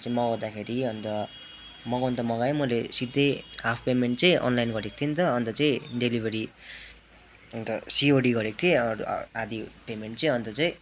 त्यो मगाउँदाखेरि अन्त मगाउनु त मगाएँ मैले सिधै हाफ पेमेन्ट चाहिँ अनलाइन गरेको थिएँ नि त अन्त चाहिँ डेलिभरी अन्त सिओडी गरेको थिएँ आधा पेमेन्ट चाहिँ अन्त चाहिँ